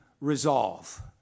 resolve